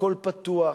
הכול פתוח.